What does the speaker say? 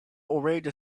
already